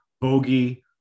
bogey